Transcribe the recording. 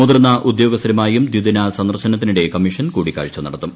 മുതിർന്ന ഉദ്യോഗസ്ഥരുമായും ദിദിന സന്ദർശനത്തിനിടെ കമ്മീഷൻ കൂടിക്കാഴ്ച നടത്തും